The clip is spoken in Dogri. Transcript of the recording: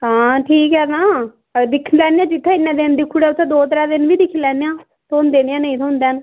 हां ठीक ऐ नां दिक्खी लैन्ने आं जित्थै इन्ने दिन दिक्खी ओड़गे उत्थै दो त्रै दिन बी दिक्खी लैन्ने आं थ्होंदे न जां नेईं थ्होंदे न